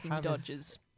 dodges